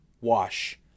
wash